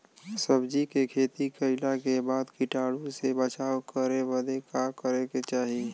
सब्जी के खेती कइला के बाद कीटाणु से बचाव करे बदे का करे के चाही?